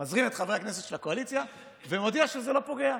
מזרים את חברי הכנסת של הקואליציה ומודיע שזה לא פוגע.